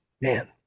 Man